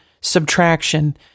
subtraction